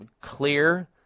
Clear